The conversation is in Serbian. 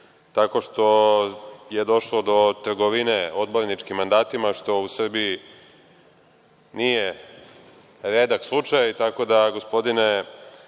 tako što je došlo do trgovine odborničkim mandatima, što u Srbiji nije redak slučaj. Tako da, gospodine